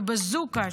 ובזוקה,